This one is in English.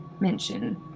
mention